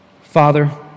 Father